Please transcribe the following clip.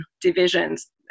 divisions